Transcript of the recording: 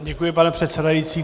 Děkuji, pane předsedající.